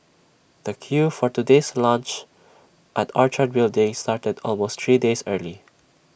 the queue for today's launch at Orchard building started almost three days early